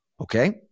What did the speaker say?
Okay